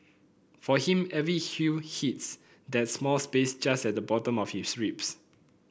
for him every hue hits that small space just at the bottom of his ribs